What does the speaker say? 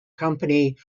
company